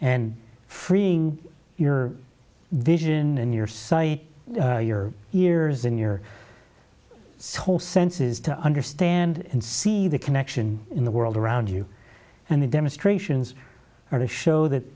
and freeing your vision in your sight your ears in your soul senses to understand and see the connection in the world around you and the demonstrations or to show that